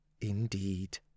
Indeed